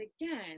again